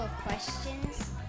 questions